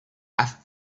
have